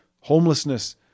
homelessness